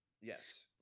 yes